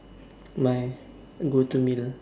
my go to meal ah